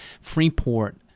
Freeport